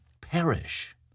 perish